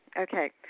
Okay